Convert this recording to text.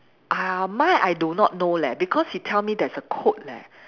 uh mine I do not know leh because he tell me there's a code leh